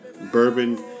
Bourbon